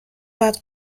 باید